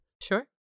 Sure